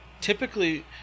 Typically